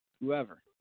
Whoever